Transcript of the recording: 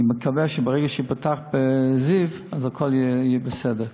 אני מקווה שברגע שייפתח בזיו, הכול יהיה בסדר.